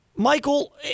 Michael